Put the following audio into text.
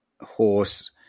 horse